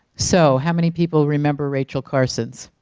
so how many people remember rachel carson?